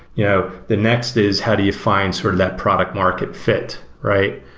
yeah the next is how do you find sort of that product market fit, right?